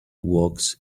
walks